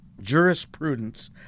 jurisprudence